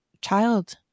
child